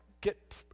get